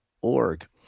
org